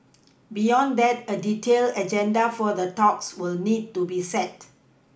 beyond that a detailed agenda for the talks will need to be set